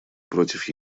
против